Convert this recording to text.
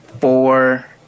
four